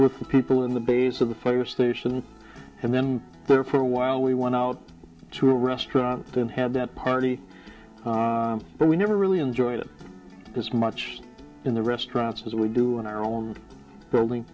with people in the base of the fire station and then there for a while we went out to a restaurant then have that party but we never really enjoyed it as much in the restaurants as we do in our own building